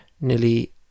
nearly